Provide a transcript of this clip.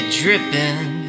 dripping